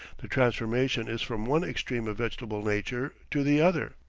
the transformation is from one extreme of vegetable nature to the other.